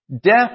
Death